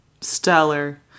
Stellar